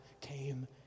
came